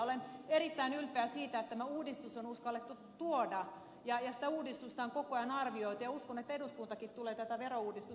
olen erittäin ylpeä siitä että tämä uudistus on uskallettu tuoda ja sitä uudistusta on koko ajan arvioitu ja uskon että eduskuntakin tulee tätä verouudistusta arvioimaan